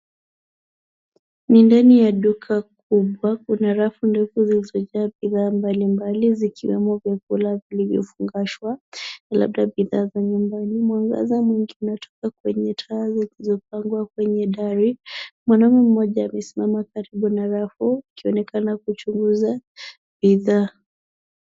Ni ndani ya duka kubwa. Kuna rafu ndefu zilizojaa bidhaa mbalimbali zikiwemo vyakula zilizofungashwa, labda bidhaa za nyumbani. Mwangaza mwingi unatoka kwenye taa zilizopangwa kwenye dari. Mwanaume mmoja amesimama karibu na rafu akionekana kuchunguza bidhaa.